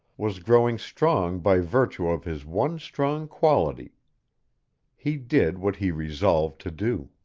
was growing strong by virtue of his one strong quality he did what he resolved to do.